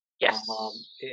Yes